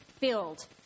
filled